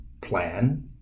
plan